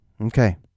Okay